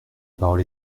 parole